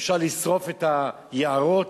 אפשר לשרוף את היערות,